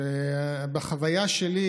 בחוויה שלי,